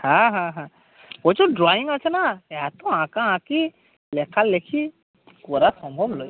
হ্যাঁ হ্যাঁ হ্যাঁ প্রচুর ড্রইং আছে না এতো আঁকাআঁকি লেখালেখি করা সম্ভব নয়